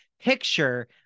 Picture